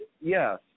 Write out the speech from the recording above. Yes